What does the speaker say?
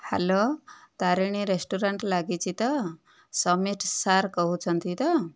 hello Tarini restaurant ଲାଗିଛି ତ Sameer sir କହୁଛନ୍ତି ତ